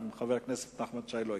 אם חבר הכנסת נחמן שי לא יגיע.